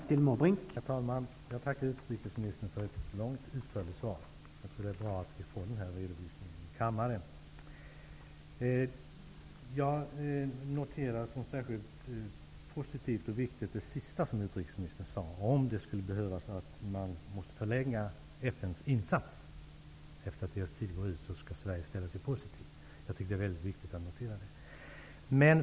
Herr talman! Jag tackar utrikesministern för ett långt och utförligt svar. Det är bra att vi får den här redovisningen i kammaren. Jag noterar som särskilt positivt och viktigt det sista som utrikesministern sade, att Sverige skall ställa sig positivt till att FN:s insats förlängs om det skulle visa sig behövas.